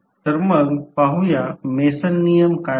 तर मग पाहूया मेसन नियम काय होता